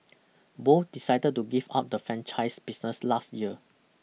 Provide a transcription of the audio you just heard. both decided to give up the franchise business last year